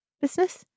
business